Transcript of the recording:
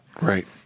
Right